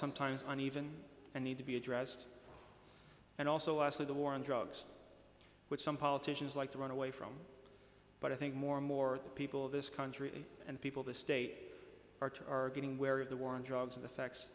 sometimes on even a need to be addressed and also us of the war on drugs which some politicians like to run away from but i think more and more people of this country and people the state are targeting where the war on drugs are the facts